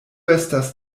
estas